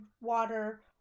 water